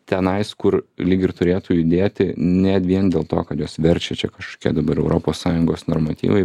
tenais kur lyg ir turėtų judėti net vien dėl to kad juos verčia čia kažkokie dabar europos sąjungos normatyvai